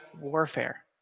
warfare